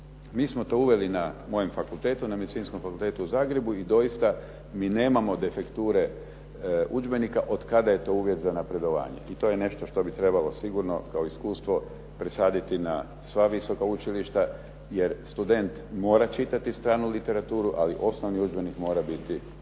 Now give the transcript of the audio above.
Mi smo to uveli na mojem fakultetu, na Medicinskom fakultetu u Zagrebu i dosita mi nemamo defekture udžbenika od kada je to uvjet za napredovanje. I to je nešto što bi trebalo sigurno kao iskustvo presaditi na sva visoka učilišta, jer student mora čitati stranu literaturu, ali osnovni udžbenik mora biti